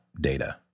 data